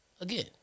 again